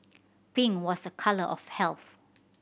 pink was a colour of health